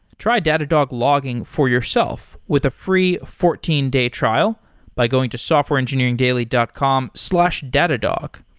try datadog logging for yourself with a free fourteen day trial by going to softwareengineeringdaily dot com slash datadog.